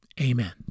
Amen